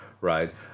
right